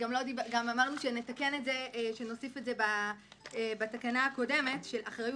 אמרנו גם שנוסיף את זה בתקנה הקודמת של אחריות